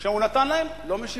שהוא נתן להם לא משיבה.